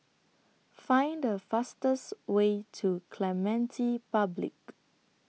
Find The fastest Way to Clementi Public